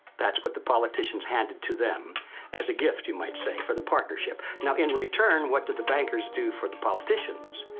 what the politicians handed to them as a gift, you might say, for the partnership. now in return what do the bankers do for the politicians?